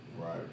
right